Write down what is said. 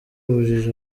ubujiji